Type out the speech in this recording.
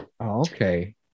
okay